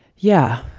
yeah,